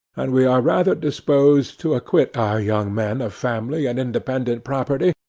and we are rather disposed to acquit our young men of family and independent property,